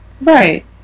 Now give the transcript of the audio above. Right